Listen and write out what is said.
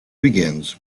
begins